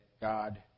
God